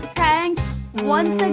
thanks once